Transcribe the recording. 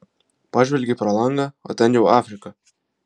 pažvelgei pro langą o ten jau afrika